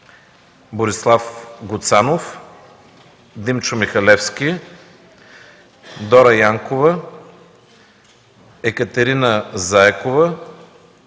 Борислав Гуцанов, Димчо Михалевски, Дора Янкова, Екатерина Заякова,